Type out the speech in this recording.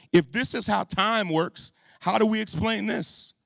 if this is how time works how do we explain this?